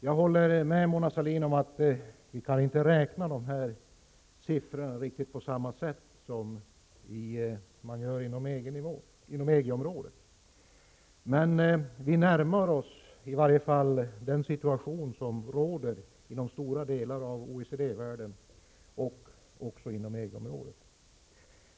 Jag håller med Mona Sahlin om att man inte kan räkna riktigt på samma sätt som man gör inom EG-området. Men vi närmar oss den situation som råder inom stora delar av OECD området och även inom EG-området.